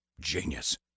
Genius